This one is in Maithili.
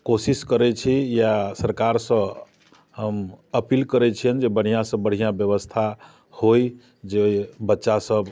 कोशिश करैत छी या सरकारसँ हम अपील करैत छियनि जे बढ़िआँसँ बढ़िआँ व्यवस्था होय जे बच्चासभ